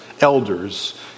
elders